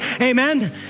Amen